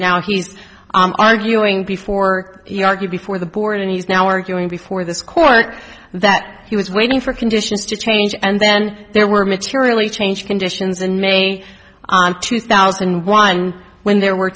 now he's arguing before he argued before the board and he's now arguing before this court that he was waiting for conditions to change and then there were materially changed conditions in may two thousand and one when there were